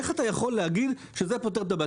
איך אתה יכול להגיד שזה פותר את הבעיה?